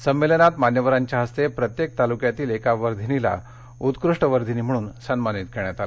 संमेलनात मान्यवरांच्या हस्ते प्रत्येक तालुक्यातील एका वर्धिनीला उत्कृष्ट वर्धिनी म्हणून सन्मानित करण्यात आलं